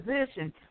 position